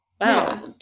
Wow